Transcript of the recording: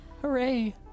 Hooray